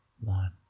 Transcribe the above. one